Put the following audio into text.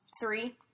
three